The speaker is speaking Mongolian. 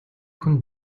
хүн